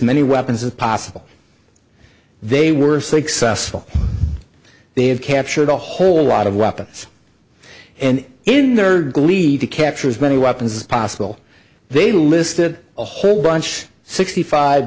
many weapons as possible they were successful they have captured a whole lot of weapons and in their gleed to capture as many weapons as possible they listed a whole bunch sixty five